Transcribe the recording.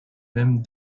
mêmes